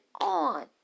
on